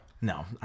No